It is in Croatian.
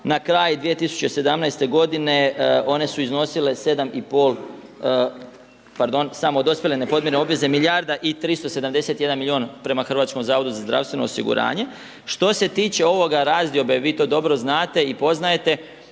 Na kraju 2017. g. one su iznosile 7,5 pardon, samo dospjele nepodmirene obveze milijarda i 371 milijun prema HZZO-u. Što se tiče ovoga razdiobe, vi to dobro znate i poznajete,